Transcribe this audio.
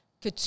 que